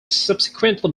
subsequently